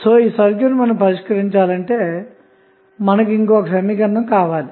అయితే ఈ సర్క్యూట్ను పరిష్కరించడానికిమనకు కనీసం ఇంకొక సమీకరణం అవసరం